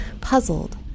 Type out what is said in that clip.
puzzled